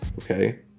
okay